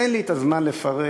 אין לי הזמן לפרט,